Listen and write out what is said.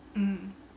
mm